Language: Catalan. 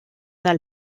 del